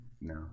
no